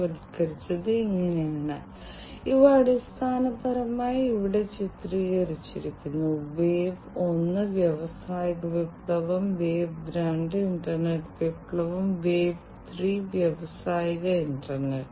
കൽക്കരി ഖനികളിലെ ഖനന പ്രക്രിയയിൽ പ്രത്യേകിച്ചും ഉൽപ്പാദിപ്പിക്കുന്ന ഈ വാതകങ്ങളുടെ അളവ് അല്ലെങ്കിൽ സാന്ദ്രത തുടർച്ചയായി നിരീക്ഷിക്കുന്നത് ഉറപ്പാക്കേണ്ടത് വളരെ പ്രധാനമാണ്